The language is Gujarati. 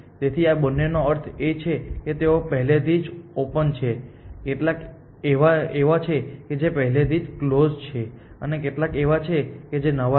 તેથી આ બંનેનો અર્થ એ છે કે તેઓ પહેલેથી જ ઓપન છે કેટલાક એવા છે જે પહેલેથી જ કલોઝ છે અને કેટલાક એવા છે જે નવા છે